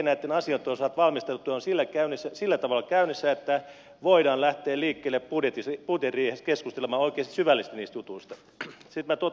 kaikkien näitten asioitten osalta valmistelutyö on sillä tavalla käynnissä että voidaan lähteä liikkeelle keskustelemaan budjettiriihessä oikeasti syvällisesti niistä jutuista